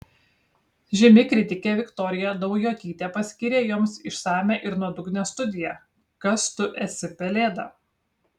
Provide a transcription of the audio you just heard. žymi kritikė viktorija daujotytė paskyrė joms išsamią ir nuodugnią studiją kas tu esi pelėda